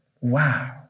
Wow